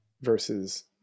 versus